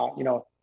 um you know.